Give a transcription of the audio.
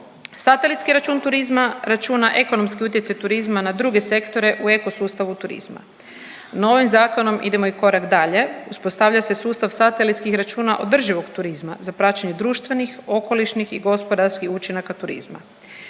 Satelitski račun turizma računa ekonomski utjecaj turizma na druge sektoru u ekosustavu turizma. Novim zakonom idemo i korak dalje, uspostavlja se sustav satelitskih računa održivog turizma za praćenje društvenih, okolišnih i gospodarskih učinaka turizma.